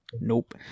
Nope